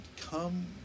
come